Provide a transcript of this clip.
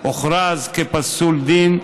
הוכרז פסול דין,